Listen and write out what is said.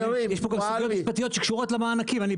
יש פה גם סוגיות משפטיות שקשורות למענקים ואני